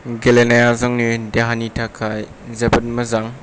गेलेनाया जोंनि देहानि थाखाय जोबोद मोजां